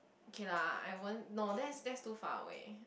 okay lah I won't no that's that's too far away